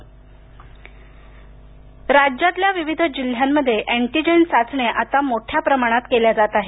antigen राज्यातल्या विविध जिल्ह्यांमध्ये अँटीजेन चाचण्या आता मोठ्या प्रमाणात केल्या जात आहेत